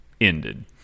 ended